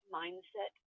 mindset